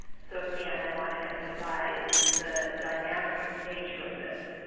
so again i want to emphasize the dynamic nature of this.